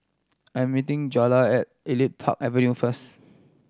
I'm meeting Jana at Elite Park Avenue first